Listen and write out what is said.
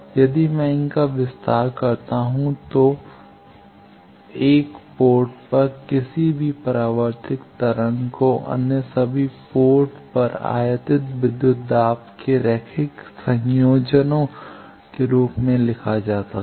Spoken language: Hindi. यदि मैं इनका विस्तार करता हूं तो तो 1 पोर्ट पर किसी भी परावर्तित तरंग को अन्य सभी पोर्ट पर आयातित विद्युत दाब के रैखिक संयोजनों के रूप में लिखा जा सकता है